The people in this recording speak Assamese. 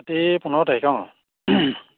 এই পোন্ধৰ তাৰিখ অ